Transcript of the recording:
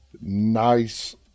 nice